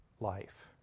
life